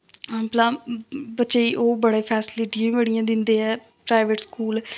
भला बच्चे गी ओह् फैस्लिटी बी बड़ियां दिंदे ऐ प्राइवेट स्कूल